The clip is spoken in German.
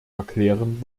erklären